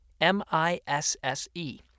M-I-S-S-E